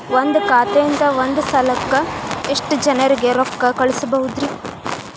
ಒಂದ್ ಖಾತೆಯಿಂದ, ಒಂದ್ ಸಲಕ್ಕ ಎಷ್ಟ ಜನರಿಗೆ ರೊಕ್ಕ ಕಳಸಬಹುದ್ರಿ?